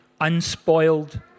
unspoiled